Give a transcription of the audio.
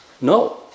No